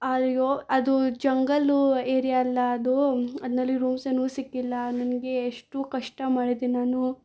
ಅಯ್ಯೋ ಅದು ಜಂಗಲ್ಲು ಏರಿಯಾಲ್ಲಾ ಅದು ಅದ್ನಲ್ಲಿ ರೂಮ್ಸನೂ ಸಿಕ್ಕಿಲ್ಲ ನನಗೆ ಎಷ್ಟು ಕಷ್ಟ ಮಾಡಿದ್ದೆ ನಾನು